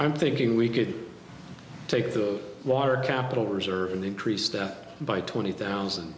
i'm thinking we could take the water capital reserve and increase that by twenty thousand